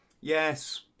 Yes